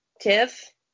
Tiff